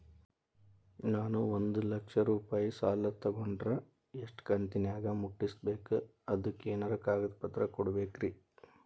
ನಾನು ಒಂದು ಲಕ್ಷ ರೂಪಾಯಿ ಸಾಲಾ ತೊಗಂಡರ ಎಷ್ಟ ಕಂತಿನ್ಯಾಗ ಮುಟ್ಟಸ್ಬೇಕ್, ಅದಕ್ ಏನೇನ್ ಕಾಗದ ಪತ್ರ ಕೊಡಬೇಕ್ರಿ?